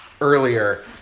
earlier